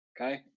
Okay